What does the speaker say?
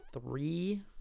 three